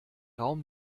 raum